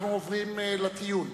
אנחנו עוברים לטיעון.